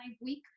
week